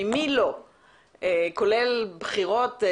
כולל בחירות.